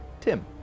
Tim